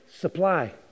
supply